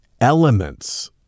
elements